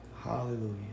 Hallelujah